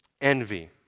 Envy